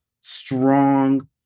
strong